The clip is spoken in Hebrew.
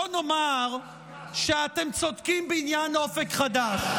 בא נאמר שאתם צודקים בעניין אופק חדש,